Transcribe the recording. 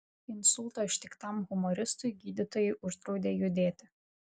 insulto ištiktam humoristui gydytojai uždraudė judėti